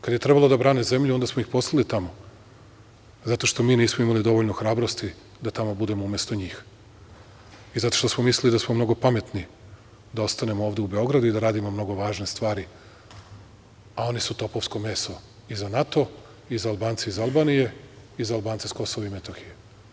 Kad je trebalo da brane zemlju, onda smo ih poslali tamo, zato što mi nismo imali dovoljno hrabrosti da tamo budemo umesto njih i zato što smo mislili da smo mnogo pametni da ostanemo ovde u Beogradu i da radimo mnogo važne stvari, a oni su topovsko meso i za NATO i za Albance iz Albanije i za Albance sa Kosova i Metohije.